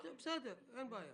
בסדר, אין בעיה.